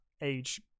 age